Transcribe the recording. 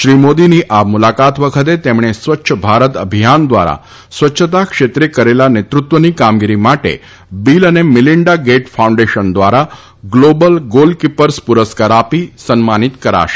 શ્રી મોદીની આ મુલાકાત વખતે તેમણે સ્વચ્છ ભારત અભિયાન દ્વારા સ્વચ્છતા ક્ષેત્રે કરેલી મેતૃત્વની કામગીરી માટે બિલ અને મિલીના ગેટ ફાઉનોશન દ્વારા ગ્લોબલ ગોલ કીપર્સ પુરસ્કાર આપી સન્માનિત કરાશે